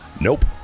nope